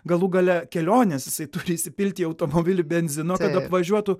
galų gale kelionės jisai turi įsipilti į automobilį benzino kad apvažiuotų